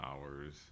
hours